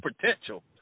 potential